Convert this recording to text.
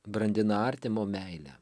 brandina artimo meilę